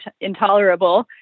intolerable